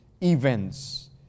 events